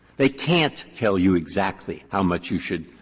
they can't tell you exactly how much you should